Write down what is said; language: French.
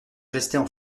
restaient